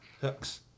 hooks